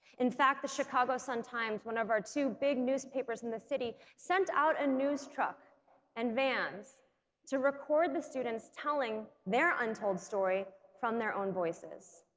in fact the chicago sun-times one of our two big newspapers in the city sent out a news truck and vans to record the students telling their untold story from their own voices